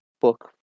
book